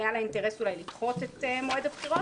היה לה אינטרס אולי לדחות את מועד הבחירות,